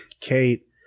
Kate